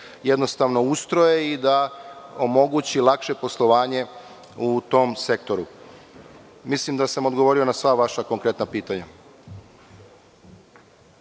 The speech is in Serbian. jednostavno ustroje i da omoguće lakše poslovanje u tom sektoru. Mislim da sam odgovorio na sva vaša konkretna pitanja.